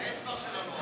הודעת ראש הממשלה נתקבלה.